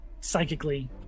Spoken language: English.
psychically